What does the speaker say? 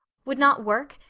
would not work,